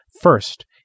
First